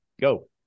go